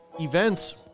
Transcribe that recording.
events